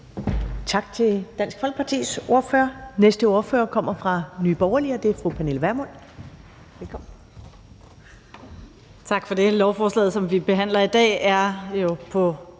Tak til Dansk Folkepartis ordfører. Næste ordfører kommer fra Nye Borgerlige, og det er fru Pernille Vermund. Velkommen.